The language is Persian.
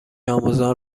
آموزان